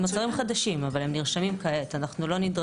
שלושת החודשים האלה, אם זה מקובל